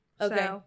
Okay